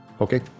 okay